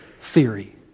theory